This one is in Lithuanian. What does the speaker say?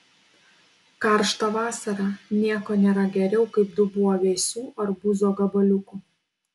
karštą vasarą nieko nėra geriau kaip dubuo vėsių arbūzo gabaliukų